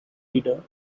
leader